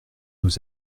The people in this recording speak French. nous